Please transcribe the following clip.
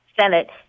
Senate